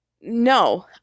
no